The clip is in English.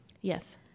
Yes